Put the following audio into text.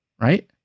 right